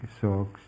socks